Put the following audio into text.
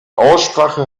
aussprache